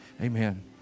Amen